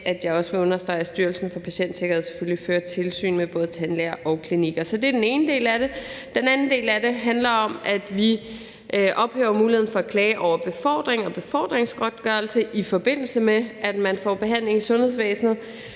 at jeg også vil understrege, at Styrelsen for Patientsikkerhed selvfølgelig fører tilsyn med både tandlæger og klinikker. Så det er den ene del af det. Den anden del af det handler om, at vi ophæver muligheden for at klage over befordring og befordringsgodtgørelse, i forbindelse med at man får behandling i sundhedsvæsenet.